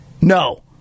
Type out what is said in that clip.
No